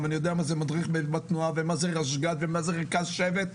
אני יודע מה זה מדריך בתנועה ומה זה רשג"ד ומה זה רכז שבט,